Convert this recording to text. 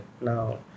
now